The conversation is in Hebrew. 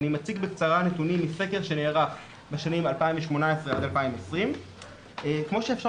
אני מציג בקצרה נתונים מסקר שנערך בשנים 2018-2020. כמו שאפשר